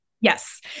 Yes